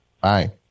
Bye